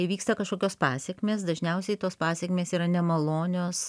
įvyksta kažkokios pasekmės dažniausiai tos pasekmės yra nemalonios